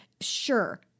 Sure